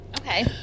Okay